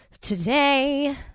Today